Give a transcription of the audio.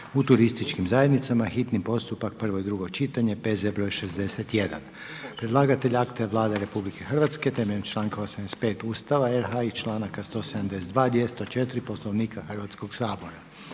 u turističkim zajednicama, hitni postupak, prvo i drugo čitanje, P.Z. broj 61. Predlagatelj akta je Vlada Republike Hrvatske temeljem članka 85. Ustava RH i članaka 172. i 204. Poslovnika Hrvatskog sabora.